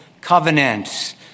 covenant